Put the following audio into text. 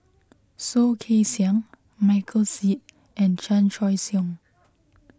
Soh Kay Siang Michael Seet and Chan Choy Siong